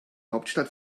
hauptstadt